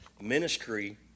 ministry